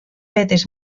vetes